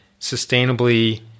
sustainably